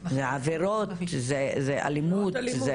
זה עבירות, זה אלימות.